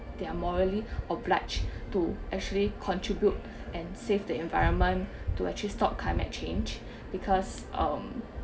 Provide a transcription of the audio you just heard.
they are morally obliged to actually contribute and save the environment to actually stop climate change because um